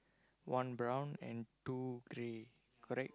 one brown and two grey correct